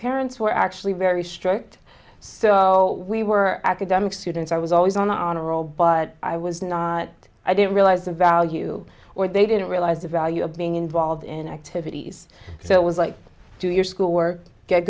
parents were actually very strict so we were academic students i was always on the honor roll but i was not i didn't realize the value or they didn't realize the value of being involved in activities so it was like do your schoolwork get